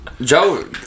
Joe